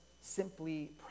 simply